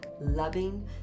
loving